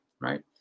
right